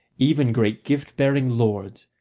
even great gift-bearing lords,